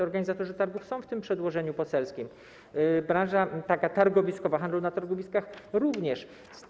Organizatorzy targów są ujęci w tym przedłożeniu poselskim, branża targowiskowa, handel na targowiskach również.